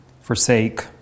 forsake